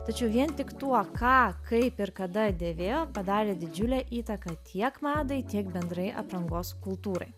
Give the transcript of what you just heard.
tačiau vien tik tuo ką kaip ir kada dėvėjo padarė didžiulę įtaką tiek madai tiek bendrai aprangos kultūrai